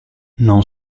non